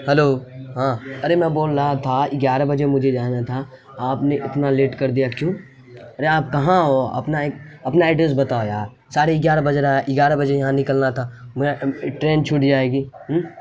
hello ہاں ارے میں بول رہا تھا گیارہ بجے مجھے جانا تھا آپ نے اتنا لیٹ کر دیا کیوں ارے آپ کہاں ہو اپنا اپنا ایڈریس بتاؤ یار ساڑھے گیارہ بج رہا ہے گیارہ بجے یہاں نکلنا تھا میں ٹرین چھوٹ جائے گی ہوں